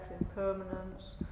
impermanence